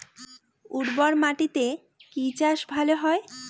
উর্বর মাটিতে কি চাষ ভালো হয়?